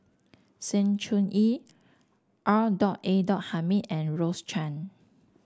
Sng Choon Yee R dot A dot Hamid and Rose Chan